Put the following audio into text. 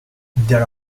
there